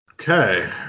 Okay